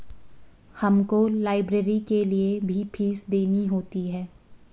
हमको लाइब्रेरी के लिए भी फीस देनी होती है